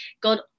God